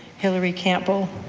hilary campbell.